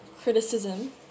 criticism